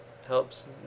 helps